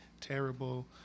Terrible